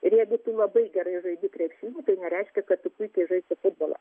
ir jeigu tu labai gerai žaidi krepšinį tai nereiškia kad tu puikiai žaisi furbolą